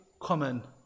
common